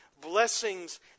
blessings